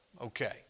Okay